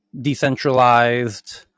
decentralized